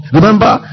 Remember